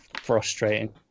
frustrating